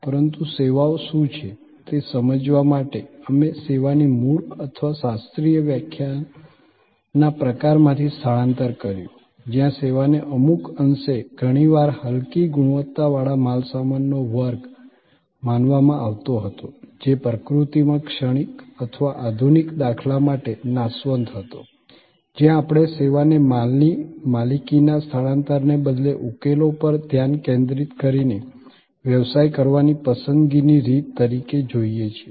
પરંતુ સેવાઓ શું છે તે સમજવા માટે અમે સેવાની મૂળ અથવા શાસ્ત્રીય વ્યાખ્યાના પ્રકારમાંથી સ્થળાંતર કર્યું જ્યાં સેવાને અમુક અંશે ઘણી વાર હલકી ગુણવત્તાવાળા માલસામાનનો વર્ગ માનવામાં આવતો હતો જે પ્રકૃતિમાં ક્ષણિક અથવા આધુનિક દાખલા માટે નાશવંત હતો જ્યાં આપણે સેવાને માલની માલિકીના સ્થાનાંતરણને બદલે ઉકેલો પર ધ્યાન કેન્દ્રિત કરીને વ્યવસાય કરવાની પસંદગીની રીત તરીકે જોઈએ છીએ